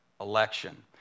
election